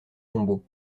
tombeaux